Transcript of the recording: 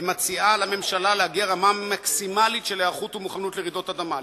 היא מציעה לממשלה להגיע לרמה מקסימלית של היערכות ומוכנות לרעידות אדמה,